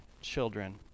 children